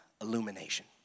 illumination